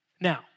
now